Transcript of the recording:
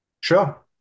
Sure